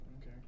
Okay